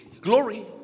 glory